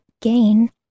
gain